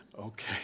Okay